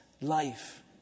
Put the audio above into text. life